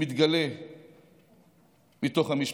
שמתגלה מתוך המשפחות.